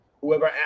whoever